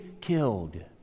killed